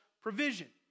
provision